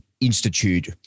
Institute